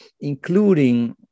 including